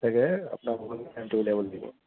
তাকে আপোনাকো টাইমটো উলিয়াবলৈ দিব